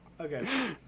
Okay